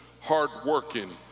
hardworking